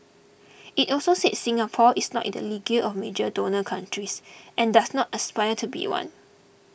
it also said Singapore is not in the league of major donor countries and does not aspire to be one